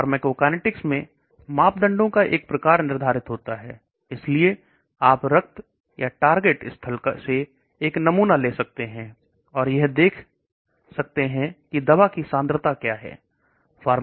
pharmacokinetics में मापदंडों का एक प्रकार निर्धारण होता है इसलिए आप रक्त या टारगेट स्थल से एक नमूना ले सकते हैं और यह देखें कि दवा की सांद्रता क्या है